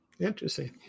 Interesting